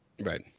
Right